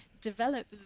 develop